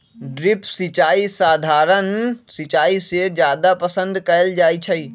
drip सिंचाई सधारण सिंचाई से जादे पसंद कएल जाई छई